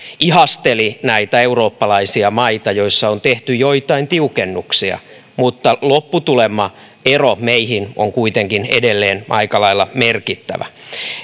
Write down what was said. ihasteli näitä eurooppalaisia maita joissa on tehty joitain tiukennuksia mutta lopputulema ero meihin on kuitenkin edelleen aika lailla merkittävä